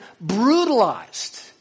brutalized